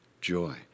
Joy